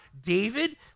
David